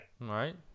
right